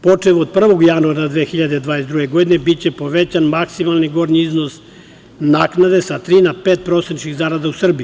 Počev od 1. januara 2022. godine biće povećan maksimalni gornji iznos naknade sa tri na pet prosečnih zarada u Srbiji.